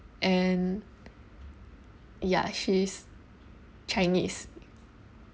and ya she's chinese